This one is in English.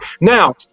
now